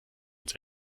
uns